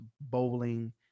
bowling